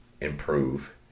improve